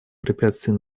препятствий